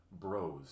bros